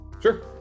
Sure